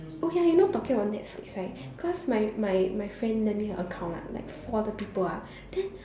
oh ya you know talking about netflix right cause my my my friend lend me her account ah like four other people ah then